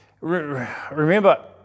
Remember